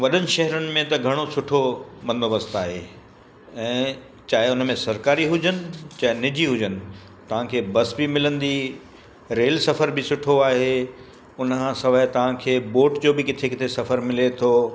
वॾनि शहरनि में त घणो सुठो बंदोबस्तु आहे ऐं चाहे हुन में सरकारी हुजनि चाहे निजी हुजनि तव्हांखे बस बि मिलंदी रेल सफ़र बि सुठो आहे हुन खां सवाइ तव्हांखे बोट जो बि किथे किथे सफ़रु मिले थो